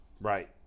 right